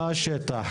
מה השטח?